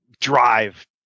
drive